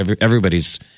everybody's